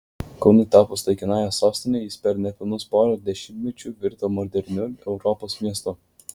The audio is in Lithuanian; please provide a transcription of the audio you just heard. kaunui tapus laikinąja sostine jis per nepilnus pora dešimtmečių virto moderniu europos miestu